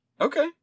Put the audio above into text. Okay